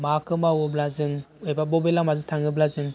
माखौ मावोब्ला जों एबा बबे लामाजों थाङोब्ला जों